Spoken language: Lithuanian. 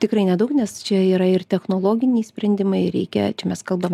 tikrai nedaug nes čia yra ir technologiniai sprendimai reikia čia mes kalbam